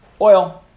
oil